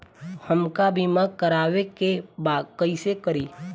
हमका बीमा करावे के बा कईसे करी?